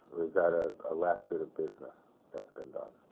or is that a ah last bit of business that's been done?